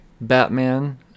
Batman